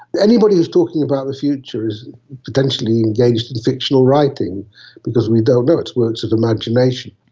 anybody who's talking about a future is potentially engaged in fictional writing because we don't know, it's works of imagination.